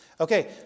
Okay